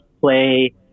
play